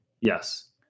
Yes